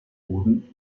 booten